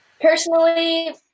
personally